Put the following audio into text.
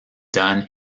done